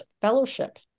Fellowship